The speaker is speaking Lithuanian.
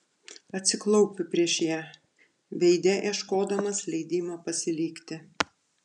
atsiklaupiu prieš ją veide ieškodamas leidimo pasilikti